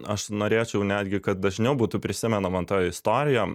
aš norėčiau netgi kad dažniau būtų prisimenama ta istorija